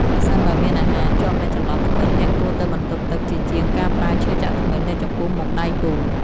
ប្រសិនបើមានអាហារជាប់នៅចន្លោះធ្មេញ អ្នកគួរទៅបន្ទប់ទឹកជាជាងការប្រើឈើចាក់ធ្មេញនៅចំពោះមុខដៃគូ។